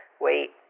Wait